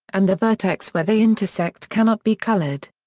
and the vertex where they intersect cannot be colored.